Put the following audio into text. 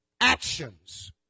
actions